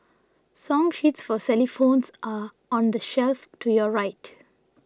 song sheets for Xylophones are on the shelf to your right